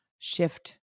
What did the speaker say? Shift